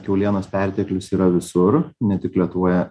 kiaulienos perteklius yra visur ne tik lietuvoje